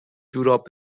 جوراب